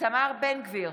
איתמר בן גביר,